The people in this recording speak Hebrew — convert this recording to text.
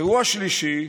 אירוע שלישי: